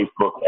Facebook